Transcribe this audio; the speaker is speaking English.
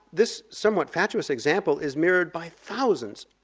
this somewhat fatuous example is mirrored by thousands,